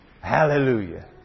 Hallelujah